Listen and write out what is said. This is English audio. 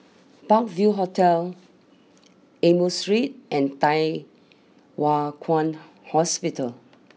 Park view Hotel Amoy Street and Thye Hua Kwan Hospital